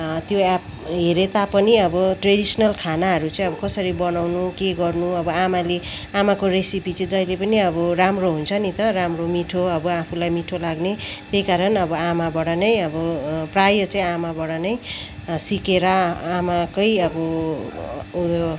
त्यो एप हेरेता पनि अब ट्रेडिसनल खानाहरू चाहिँ अब कसरी बनाउनु के गर्नु अब आमाले आमाको रेसिपी चाहिँ जहिले पनि अब राम्रो हुन्छ नि त राम्रो मिठो अब आफूलाई मिठो लाग्ने त्यही कारण अब आमाबाट नै अब प्राय चाहिँ आमाबाट नै सिकेर आमाकै अब उयो